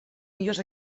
millors